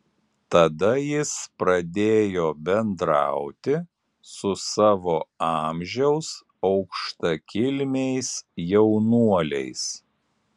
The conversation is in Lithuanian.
tada jis pradėjo bendrauti su savo amžiaus aukštakilmiais jaunuoliais